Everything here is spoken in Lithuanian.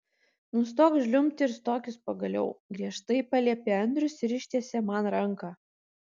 nustok žliumbti ir stokis pagaliau griežtai paliepė andrius ir ištiesė man ranką